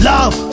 Love